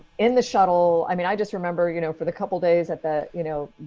in the shuttle. i mean, i just remember, you know, for the couple days at the, you know,